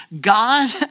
God